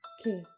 Okay